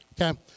Okay